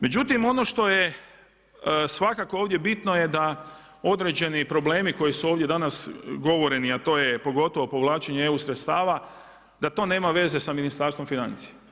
Međutim, ono što je svakako ovdje bitno je da je određeni problemi koji su ovdje danas govoreni, a to je pogotovo povlačenje EU sredstava da to nema veze sa Ministarstvom financija.